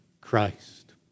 Christ